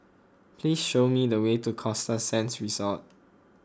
please show me the way to Costa Sands Resort